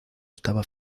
estaba